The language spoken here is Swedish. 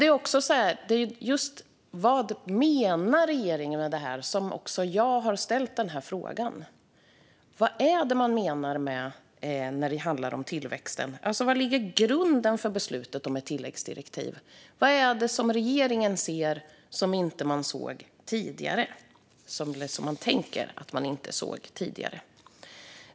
Vad menar regeringen med det här? Vad menar man när det handlar om tillväxten? Vad är grunden för beslutet om ett tilläggsdirektiv? Vad är det som regeringen ser och som de tänker att man inte såg tidigare?